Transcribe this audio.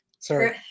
Sorry